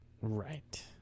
right